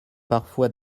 parfois